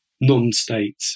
non-state